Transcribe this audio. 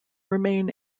remain